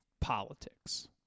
politics